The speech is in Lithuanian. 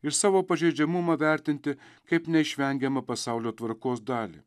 ir savo pažeidžiamumą vertinti kaip neišvengiamą pasaulio tvarkos dalį